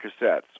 cassettes